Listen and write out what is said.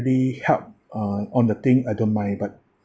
really help uh on the thing I don't mind but